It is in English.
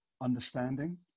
understanding